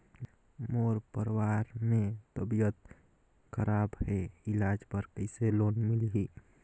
मोर परवार मे तबियत खराब हे इलाज बर कइसे लोन मिलही?